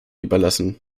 überlassen